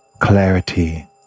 clarity